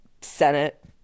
Senate